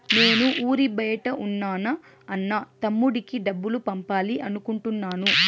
నేను ఊరి బయట ఉన్న నా అన్న, తమ్ముడికి డబ్బులు పంపాలి అనుకుంటున్నాను